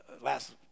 last